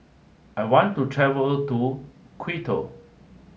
I want to travel to Quito